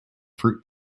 fruit